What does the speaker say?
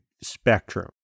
spectrum